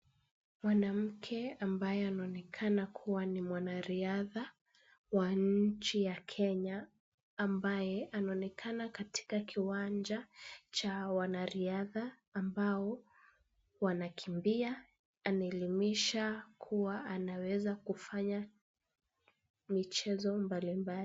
Mwanamke ambaye anaonekana kuwa ni mwanariadha wa nchi ya Kenya, ambaye anaonekana katika kiwanja cha wanariadha ambao wanakimbia, anaelimisha kuwa anaweza kufanya michezo mbalimbali.